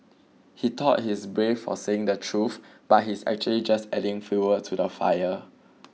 he thought he's brave for saying the truth but he's actually just adding fuel to the fire